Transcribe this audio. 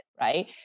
right